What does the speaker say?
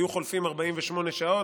היו חולפות 48 שעות,